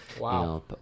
wow